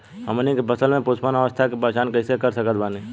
हमनी के फसल में पुष्पन अवस्था के पहचान कइसे कर सकत बानी?